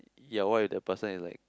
ya what if that person is like